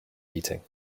eating